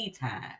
time